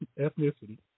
ethnicity